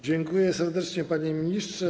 Dziękują serdecznie, panie ministrze.